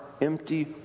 empty